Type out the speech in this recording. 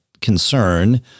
concern